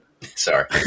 Sorry